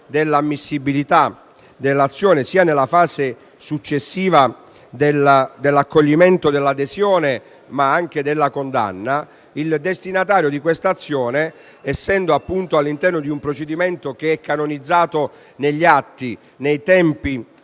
dell'ammissibilità dell'azione sia nella fase successiva dell'accoglimento dell'adesione, ma anche della condanna, il destinatario dell'azione, essendo all'interno di un procedimento canonizzato negli atti, nei tempi